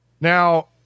Now